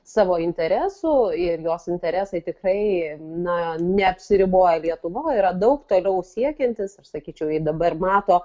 savo interesų ir jos interesai tikrai na neapsiriboja lietuvoj yra daug toliau siekiantys aš sakyčiau ji dabar mato